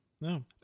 No